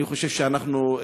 אני חושב שאנחנו,